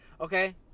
okay